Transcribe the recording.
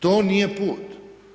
To nije put.